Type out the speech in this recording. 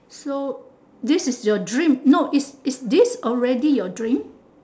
so this is your dream no is this already your dream